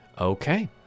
Okay